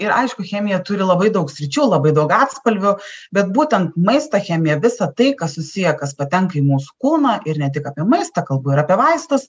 ir aišku chemija turi labai daug sričių labai daug atspalvių bet būtent maisto chemija visa tai kas susiję kas patenka į mūsų kūną ir ne tik apie maistą kalbu ir apie vaistus